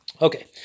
Okay